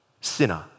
sinner